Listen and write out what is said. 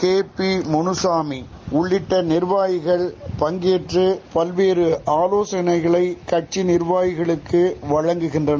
K P Munusamy உள்ளிட்ட நீர்வாகிகள் பங்கேற்று பல்வேறு ஆலோசனைகளை கட்சி நீர்வாகிகளுக்கு வழங்குகின்றனர்